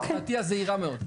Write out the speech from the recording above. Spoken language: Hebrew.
דעתי הזהירה מאוד.